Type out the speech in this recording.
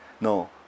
No